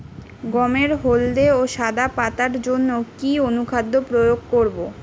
গমের হলদে ও সাদা পাতার জন্য কি অনুখাদ্য প্রয়োগ করব?